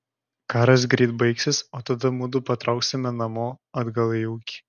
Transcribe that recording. karas greit baigsis o tada mudu patrauksime namo atgal į ūkį